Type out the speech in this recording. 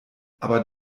aber